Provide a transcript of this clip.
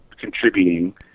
contributing